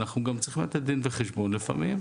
אנחנו גם צריכים לתת דין וחשבון לפעמים.